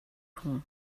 хүн